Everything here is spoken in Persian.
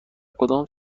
کدام